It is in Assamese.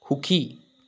সুখী